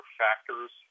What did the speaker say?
factors